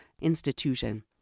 institution